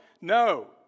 No